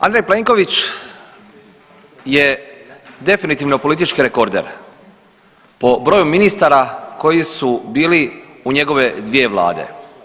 Andrej Plenković je definitivno politički rekorder po broju ministara koji su bili u njegove dvije vlade.